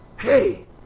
Hey